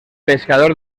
pescador